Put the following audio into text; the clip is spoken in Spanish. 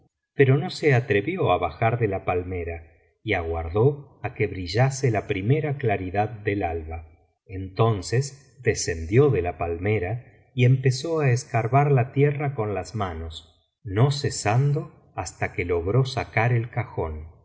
cajónpero no se atrevió á bajar de la palmera y aguardó á que brillase la primera claridad del alba entonces descendió de la palmera y empezó á escarbar la tierra con las manos no cesando hasta que logró sacar el cajón